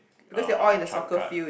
uh Changkat